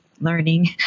learning